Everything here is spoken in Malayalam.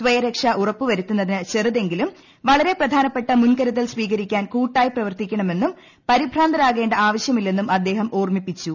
സ്വയരക്ഷ ഉറപ്പുവരുത്തുന്നതിന് ചെറുതെങ്കിലും വളരെ പ്രധാനപ്പെട്ട മുൻകരുതൽ സ്വീ്കരിക്കാൻ കൂട്ടായി പ്രവർത്തിക്കണമെന്നും പരിഭ്രാന്തരാകേണ്ട ആവശ്യമില്ലെന്നും അദ്ദേഹം ഓർമ്മിപ്പിച്ചു